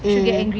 mm